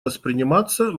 восприниматься